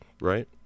right